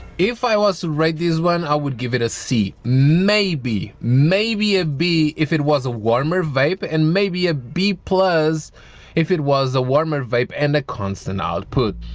if i was to write this one i would give it a c maybe maybe a b if it was a warmer vape and maybe a b plus if it was a warmer vape and a constant output